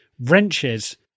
wrenches